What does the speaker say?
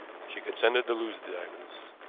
she consented to lose the diamonds.